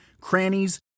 crannies